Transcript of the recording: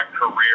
career